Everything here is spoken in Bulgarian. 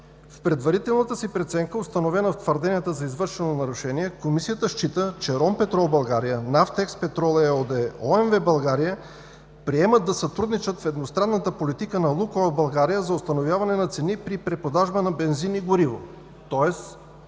В предварителната си преценка, установена в твърденията за извършено нарушение Комисията счита, че „Ромпетрол България“, „Нафтекс петрол“ ЕООД, „ОМВ България“ приемат да сътрудничат в едностранната политика на „Лукойл България“ за установяване на цени при продажба на бензин и гориво, тоест